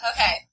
Okay